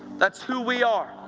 that's who we are.